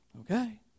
okay